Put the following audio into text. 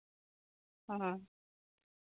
ᱦᱮᱸ